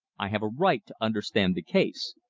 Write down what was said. i have a right to understand the case.